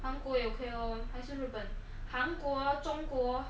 韩国也 okay lor 还是日本韩国中国